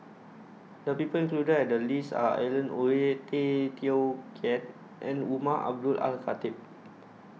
The People included in The list Are Alan Oei Tay Teow Kiat and Umar Abdullah Al Khatib